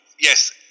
Yes